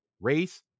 race